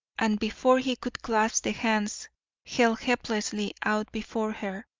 and before he could clasp the hands held helplessly out before her,